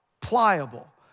pliable